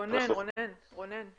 רונן, רונן?